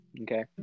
Okay